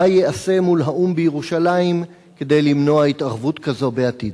מה ייעשה מול האו"ם בירושלים כדי למנוע התערבות כזאת בעתיד?